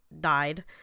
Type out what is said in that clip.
died